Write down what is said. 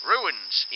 Ruins